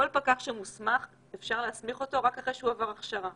כל פקח שמוסמך אפשר להסמיך אותו רק אחרי שהוא עבר הכשרה.